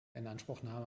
inanspruchnahme